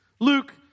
Luke